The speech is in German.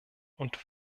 und